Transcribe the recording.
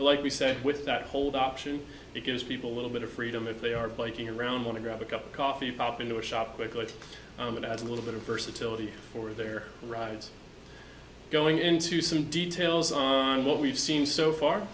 like we said with that hold option it gives people a little bit of freedom if they are biking around want to grab a cup of coffee pop into a shop because it has a little bit of versatility for their rides going into some details on what we've seen so far